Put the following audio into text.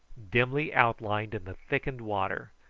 dimly outlined in the thickened water,